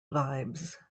vibes